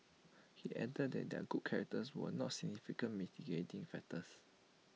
he added that their good characters were not significant mitigating factors